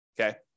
okay